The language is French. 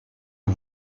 aux